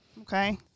Okay